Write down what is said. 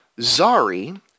Zari